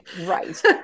Right